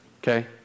Okay